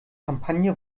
kampagne